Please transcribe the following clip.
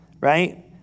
Right